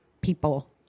people